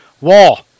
Wall